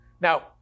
Now